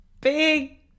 big